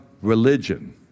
religion